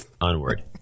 Onward